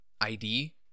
ID